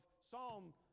psalm